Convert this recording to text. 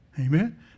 Amen